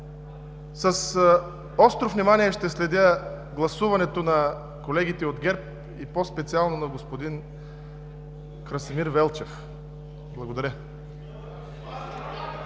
с остро внимание ще следя гласуването на колегите от ГЕРБ, и по-специално на господин Красимир Велчев. Благодаря